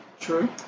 True